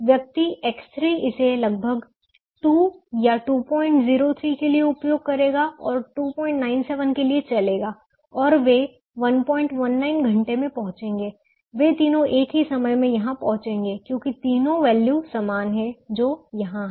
व्यक्ति X3 इसे लगभग 2 या 203 के लिए उपयोग करेगा और 297 के लिए चलेगा और वे 119 घंटे में पहुंचेंगे वे तीनों एक ही समय में यहां पहुंचेंगे क्योंकि तीनों वैल्यू समान हैं जो यहां है